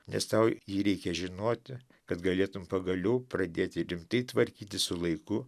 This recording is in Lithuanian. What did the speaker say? nes tau jį reikia žinoti kad galėtumei pagaliau pradėti rimtai tvarkytis su laiku